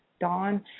Don